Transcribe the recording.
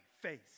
face